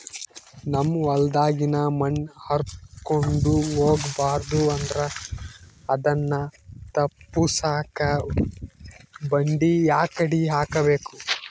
ನಮ್ ಹೊಲದಾಗಿನ ಮಣ್ ಹಾರ್ಕೊಂಡು ಹೋಗಬಾರದು ಅಂದ್ರ ಅದನ್ನ ತಪ್ಪುಸಕ್ಕ ಬಂಡಿ ಯಾಕಡಿ ಹಾಕಬೇಕು?